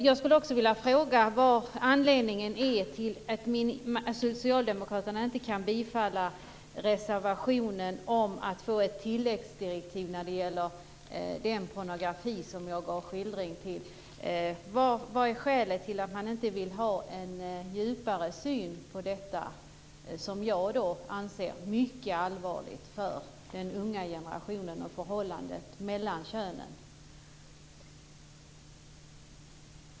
Jag skulle också vilja fråga vad anledningen är till att socialdemokraterna inte kan bifalla reservationen om att få ett tilläggsdirektiv när det gäller den pornografi som jag gav en skildring av. Vad är skälet till att man inte vill ha en djupare syn på detta som jag anser som mycket allvarligt för den unga generationen och förhållandet mellan könen?